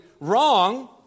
wrong